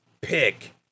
pick